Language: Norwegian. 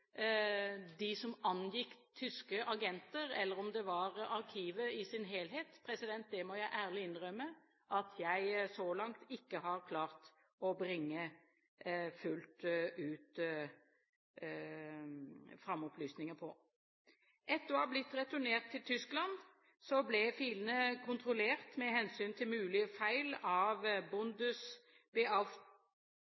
som angikk tyske agenter, eller om det var arkivet i sin helhet, må jeg ærlig innrømme at jeg så langt ikke har klart å bringe fram alle opplysninger om. Etter å ha blitt returnert til Tyskland ble filene kontrollert med hensyn til mulige feil av